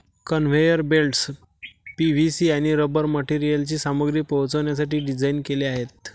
conveyor belts PVC आणि rubber मटेरियलची सामग्री पोहोचवण्यासाठी डिझाइन केलेले आहेत